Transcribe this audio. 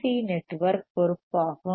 C RC network பொறுப்பாகும்